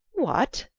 what!